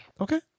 Okay